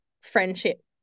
friendship